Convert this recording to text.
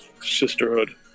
sisterhood